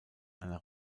einer